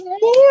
more